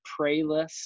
playlist